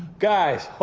guys,